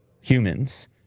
humans